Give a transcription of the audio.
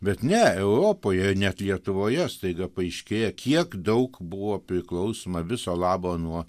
bet ne europoje net lietuvoje staiga paaiškėja kiek daug buvo priklausoma viso labo nuo